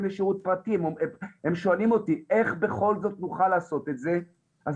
לשירות פרטי והן שואלות אותי "..איך בכל זאת נוכל לעשות את זה?.." אז